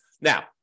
Now